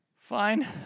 Fine